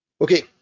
Okay